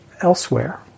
elsewhere